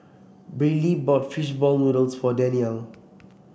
Briley bought fish ball noodles for Daniele